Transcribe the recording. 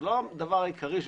זה לא הדבר העיקרי,